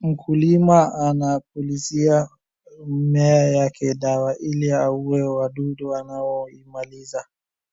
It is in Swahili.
Mkulima anapulizia mimea yake dawa ili aue wadudu wanaoimaliza.